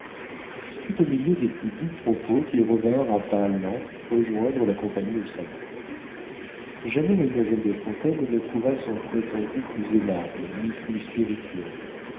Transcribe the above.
ce fut au milieu des plus doux propos qu'ils revinrent à pas lents rejoindre la compagnie au salon jamais mademoiselle de fontaine ne trouva son prétendu plus aimable ni plus spirituel